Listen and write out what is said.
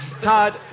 Todd